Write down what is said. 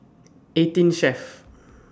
eighteen Chef